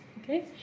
Okay